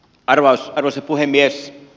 arvoisa puhemies